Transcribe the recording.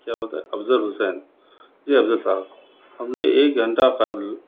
کیا بتایا افضل حسین جی افضل صاحب ہم نے ایک گھنٹہ قبل